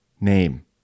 name